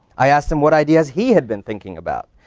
i asked him what ideas he had been thinking about,